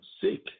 sick